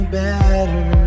better